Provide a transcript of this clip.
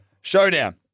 Showdown